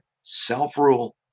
self-rule